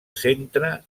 centre